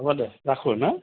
হ'ব দে ৰাখো ন